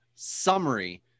summary